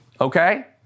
okay